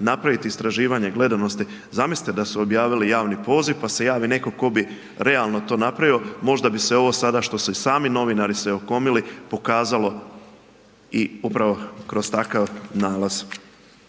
napraviti istraživanje gledanosti, zamislite da su objavili javni poziv, pa se javi netko tko bi realno to napravio, možda bi se ovo sada što su i sami novinari se okomili, pokazali i upravo kroz takav nalaz.